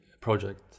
project